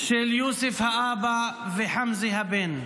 -- האבא וחמזה הבן.